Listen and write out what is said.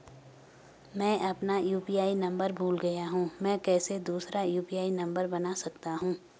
मैं अपना UPI number भूल गया हूँ मैं कैसे दूसरा यु.पी.आई नम्बर बना सकता हूँ?